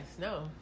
no